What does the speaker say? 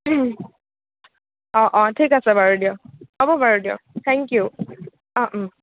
ঠিক আছে বাৰু দিয়ক হ'ব বাৰু দিয়ক থ্যেংক ইউ অঁ